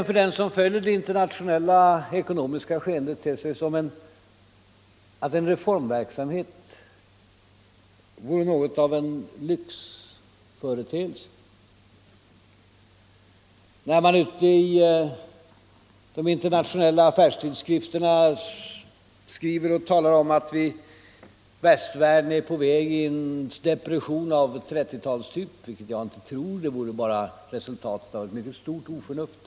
För den som följer det internationella ekonomiska skeendet kan det möjligen förefalla som om en reformverksamhet vore något av en lyxföreteelse, när man i de internationella affärstidskrifterna kan läsa att vi i västvärlden är på väg in i en depression av 1930-talets typ, någonting som jag inte tror på — det vore resultatet av ett mycket stort oförnuft.